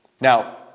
Now